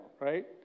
right